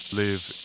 live